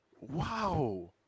Wow